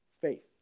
Faith